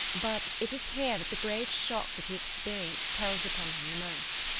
but it is here that the grave shock that he experienced tells upon him the most.